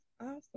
awesome